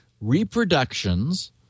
reproductions